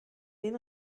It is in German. den